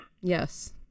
Yes